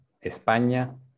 España